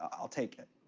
i'll take it.